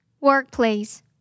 Workplace